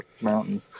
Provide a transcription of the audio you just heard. mountain